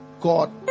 God